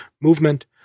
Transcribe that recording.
movement